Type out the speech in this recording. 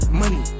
money